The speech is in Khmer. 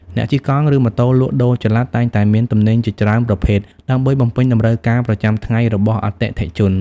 អ្នកជិះកង់ ឬម៉ូតូលក់ដូរចល័ត តែងតែមានទំនិញជាច្រើនប្រភេទ ដើម្បីបំពេញតម្រូវការប្រចាំថ្ងៃរបស់អតិថិជន។